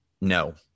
no